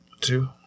Two